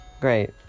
Great